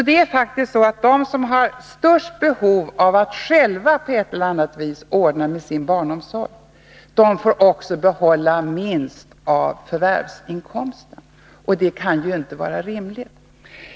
Det är faktiskt så att de som har störst behov av att själva på ett eller annat vis ordna sin barnomsorg också får behålla minst av förvärvsinkomsten, och det kan ju inte vara rimligt.